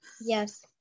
Yes